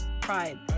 pride